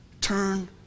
Turn